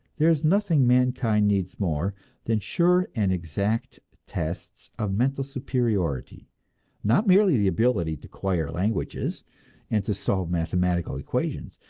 there is nothing mankind needs more than sure and exact tests of mental superiority not merely the ability to acquire languages and to solve mathematical equations,